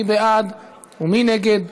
מי בעד ומי נגד?